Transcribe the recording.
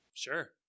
Sure